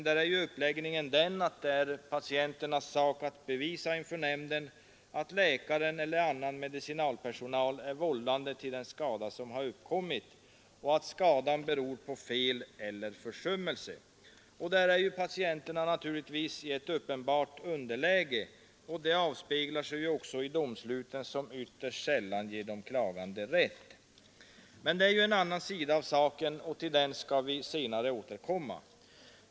Där är ju uppläggningen den att det är patienternas sak att bevisa inför nämnden att läkaren eller annan medicinalpersonal är vållande till den skada som uppkommit — och att skadan beror på fel eller försummelse. Här är patienterna i ett uppenbart underläge, och det avspeglar sig också i domsluten som ytterst sällan ger de klagande rätt. Men det är en annan sida av saken, och till den skall vi senare återkomma.